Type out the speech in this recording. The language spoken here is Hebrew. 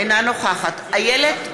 אינה נוכחת איילת שקד,